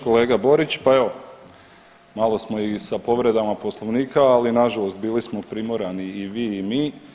Kolega Borić, pa evo malo smo i sa povredama Poslovnika, ali nažalost bili smo primorani i vi i mi.